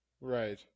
right